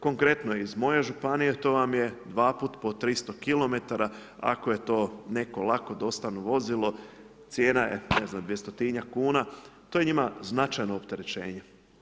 Konkretno iz moje županije to vam je dva puta po 300 kilometara, ako je to neko lako dostavno vozilo, cijena je ne znam, dvjestotinjak kuna, to je njima značajno opterećenje.